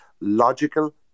logical